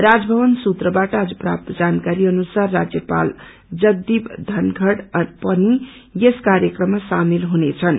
राज भवन सूत्राबाट आज प्राप्त जानकारी अनुसार राज्यपाल जगदीप धनखड़ पनि यस कार्यक्रममा शामेल हुनेछन्